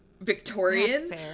Victorian